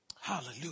Hallelujah